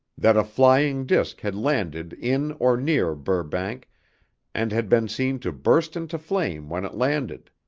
that a flying disc had landed in or near burbank and had been seen to burst into flame when it landed.